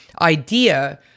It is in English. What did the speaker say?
idea